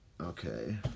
Okay